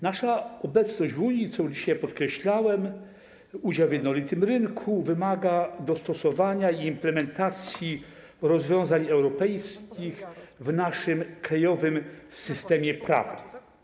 Nasza obecność w Unii, co dzisiaj podkreślałem, udział w jednolitym rynku wymaga dostosowania i implementacji rozwiązań europejskich do naszego krajowego systemu prawnego.